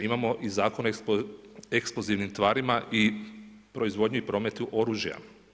Imamo i Zakon o eksplozivnim tvarima i proizvodnji i prometu oružja.